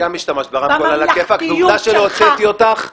את גם השתמשת ברמקול על הכיפאק ועובדה שלא הוצאתי אותך.